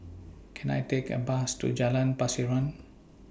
Can I Take A Bus to Jalan Pasiran